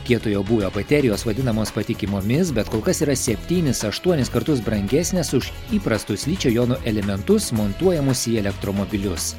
kietojo būvio baterijos vadinamos patikimomis bet kol kas yra septynis aštuonis kartus brangesnės už įprastus ličio jonų elementus montuojamos į elektromobilius